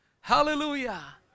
Hallelujah